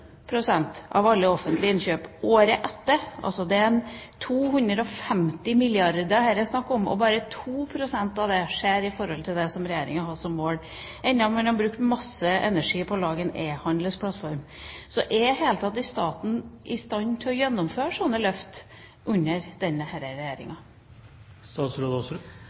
av alle offentlige innkjøp – det er 250 milliarder kr det er snakk om – skjer i samsvar med det Regjeringa hadde som mål, sjøl om man har brukt en masse energi på å lage en e-handelsplattform. Så er staten i det hele tatt i stand til å gjennomføre slike løft under denne